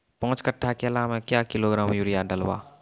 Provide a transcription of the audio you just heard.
पाँच कट्ठा केला मे क्या किलोग्राम यूरिया डलवा?